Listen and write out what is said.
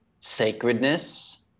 sacredness